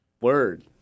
Word